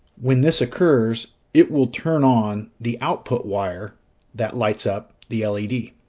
when this occurs it will turn on the output wire that lights up the